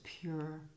pure